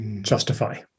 justify